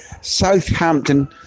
Southampton